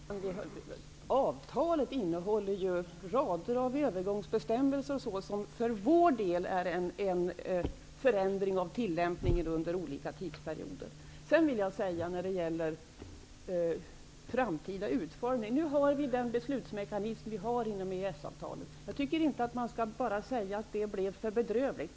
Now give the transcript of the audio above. Herr talman! Avtalet innehåller rader av övergångsbestämmelser m.m. som för vår del innebär en förändring av tillämpningen under olika tidsperioder. För den framtida utformningen har vi en beslutsmekanism i EES-avtalet. Jag tycker inte att man bara skall säga att det blev för bedrövligt.